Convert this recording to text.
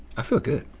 i feel good.